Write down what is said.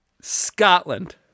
Scotland